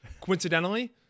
coincidentally